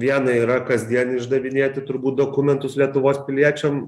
viena yra kasdien išdavinėti turbūt dokumentus lietuvos piliečiam